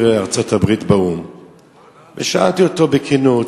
ארצות-הברית באו"ם ושאלתי אותו בכנות: